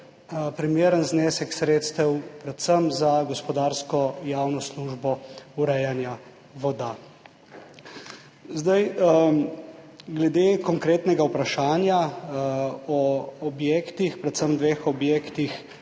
primeren znesek sredstev, predvsem za gospodarsko javno službo urejanja voda. Glede konkretnega vprašanja o objektih, predvsem o dveh objektih